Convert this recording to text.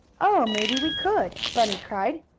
oh, maybe we could! bunny cried.